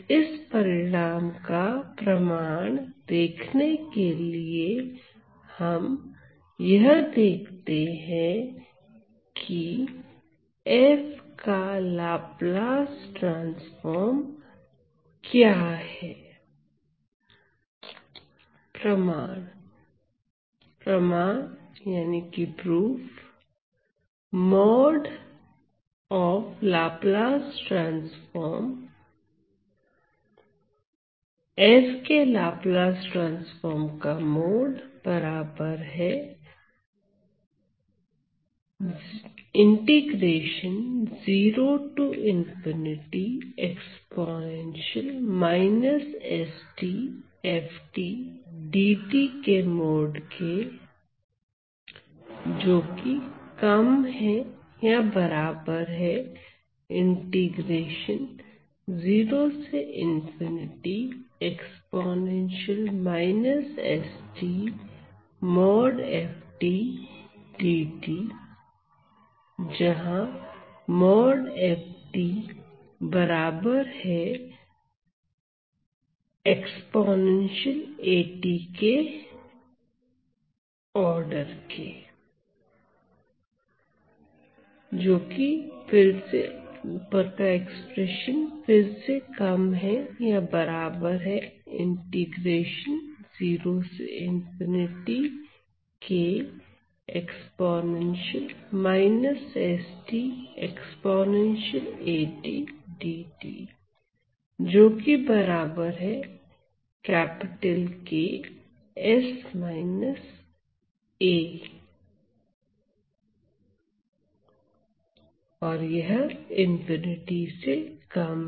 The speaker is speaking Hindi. इस परिणाम का प्रमाण देखने के लिए हम यह देखते हैं कि f का लाप्लस ट्रांसफार्म क्या है